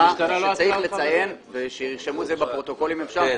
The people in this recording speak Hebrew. שצריך לציין ושירשמו את זה בפרוטוקול אם אפשר,